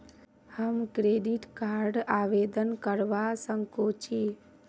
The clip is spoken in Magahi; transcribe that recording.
हम क्रेडिट कार्ड आवेदन करवा संकोची?